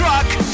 Truck